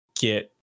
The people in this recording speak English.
Get